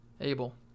Abel